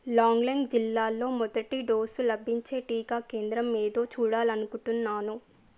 లాంగ్లెంగ్ జిల్లాలో మొదటి డోసు లభించే టీకా కేంద్రం ఏదో చూడాలని అనుకుంటున్నాను